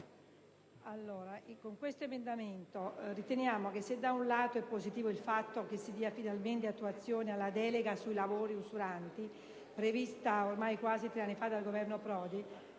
con l'emendamento 1.2 riteniamo che, se da un lato è positivo il fatto che si dia finalmente attuazione alla delega sui lavori usuranti, prevista ormai quasi tre anni fa dal Governo Prodi,